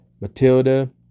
matilda